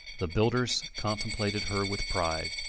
the builders contemplated her with pride.